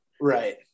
right